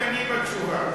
אתה לא ענייני בתשובה.